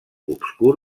obscur